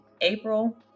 April